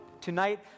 tonight